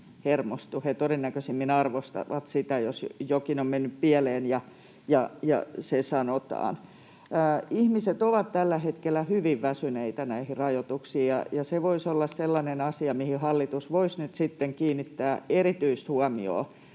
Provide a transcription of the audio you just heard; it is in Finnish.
He todennäköisemmin arvostavat sitä, jos jokin on mennyt pieleen ja se sanotaan. Ihmiset ovat tällä hetkellä hyvin väsyneitä näihin rajoituksiin, ja se voisi olla sellainen asia, mihin hallitus voisi nyt kiinnittää erityistä huomiota,